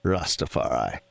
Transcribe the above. Rastafari